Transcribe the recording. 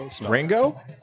Ringo